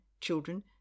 children